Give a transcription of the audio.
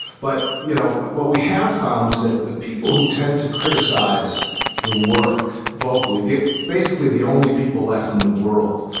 but you know what we have found is that the people who tend to criticise the work vocally, basically the only people left in the world,